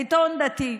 עיתון דתי.